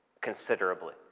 considerably